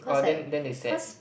or then then they said